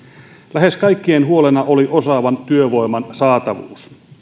lähes kaikkien huolena oli osaavan työvoiman saatavuus